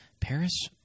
Paris